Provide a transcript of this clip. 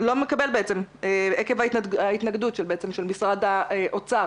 עקב ההתנגדות של משרד האוצר.